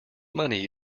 money